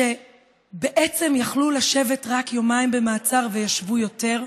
שבעצם יכלו לשבת רק יומיים במעצר וישבו יותר,